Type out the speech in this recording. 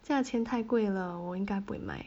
价钱太贵了我应该不会买